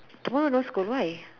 tomorrow no school why